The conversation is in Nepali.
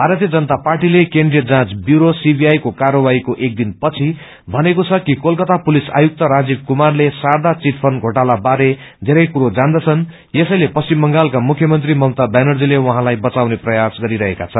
भरतीय जनता पार्टीले केन्द्रीय जाँच ब्यूरो सीबीआई को र्काय्वाहीको एक दिन पछि भनेको छ कि कोलकाता पुलिस आयुक्त राजीव कूमारले शारदा चिट फण्ड घोटालाबारे बेरै कूरो जान्दछन् यसैले पश्चिम बांगलका मुचयमन्त्री ममता ब्यानर्जीले उर्फैलाई बचाउने प्रयास गरिरहेका छन्